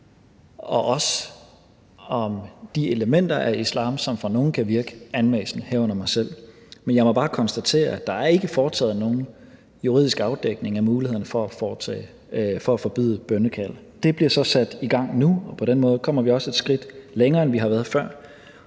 og også om de elementer af islam, som for nogle kan virke anmassende, herunder mig selv. Men jeg må bare konstatere, at der ikke er foretaget nogen juridisk afdækning af mulighederne for at forbyde bønnekald. Det bliver så sat i gang nu, og på den måde kommer vi også et skridt længere, end vi har været før.